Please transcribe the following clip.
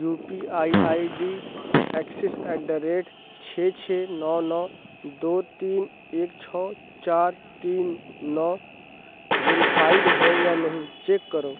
you P I I D Axis at the rate چھ چھ نو نو دو تین ایک چھ چار تین نو ویریفائڈ ہے یا نہیں چیک کرو